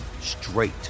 straight